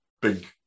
big